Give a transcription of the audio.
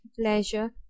pleasure